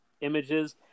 images